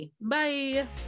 Bye